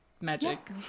magic